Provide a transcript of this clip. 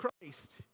Christ